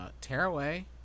Tearaway